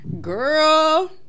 Girl